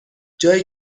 جایی